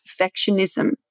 perfectionism